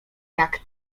jak